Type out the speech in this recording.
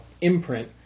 imprint